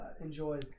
enjoy